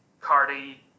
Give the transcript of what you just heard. cardi